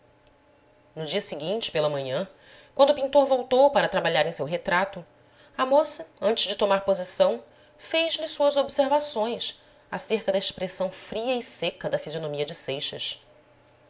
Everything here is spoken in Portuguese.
no dia seguinte pela manhã quando o pintor voltou para trabalhar em seu retrato a moça antes de tomar posição fez-lhe suas observações acerca da expressão fria e seca da fisionomia de seixas